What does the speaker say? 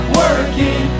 working